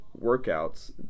workouts